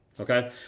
Okay